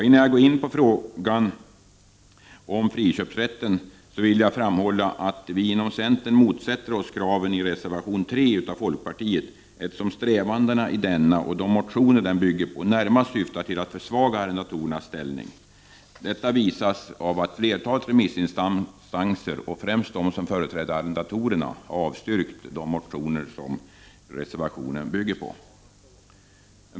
Innan jag går in på frågan om friköpsrätt vill jag framhålla att vi inom centern motsätter oss de krav som framställs i reservation 3 av folkpartiet, eftersom strävandena i denna reservation och i de motioner som reservationen bygger på närmast är att försvaga arrendatorernas ställning. Detta framgår av att flertalet remissinstanser, främst de som företräder arrendatorerna, har avstyrkt de motioner som reservationen bygger på.